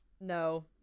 No